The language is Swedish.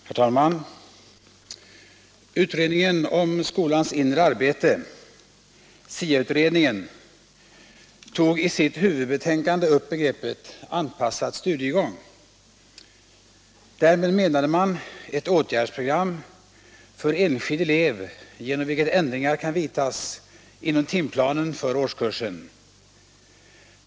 Herr talman! Utredningen om skolans inre arbete, SIA-utredningen, tog i sitt huvudbetänkande upp begreppet anpassad studiegång. Därmed menade man ett åtgärdsprogram för enskild elev genom vilket ändringar kan vidtas inom timplanen för årskursen.